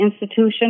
institution